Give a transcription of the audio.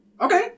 Okay